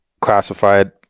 classified